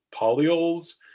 polyols